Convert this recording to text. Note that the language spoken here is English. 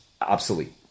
obsolete